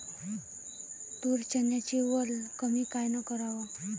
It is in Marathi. तूर, चन्याची वल कमी कायनं कराव?